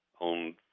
on